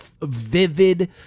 vivid